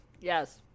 Yes